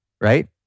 right